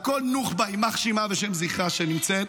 על כל נוח'בה, יימח שמה ושם זכרה, שנמצאת,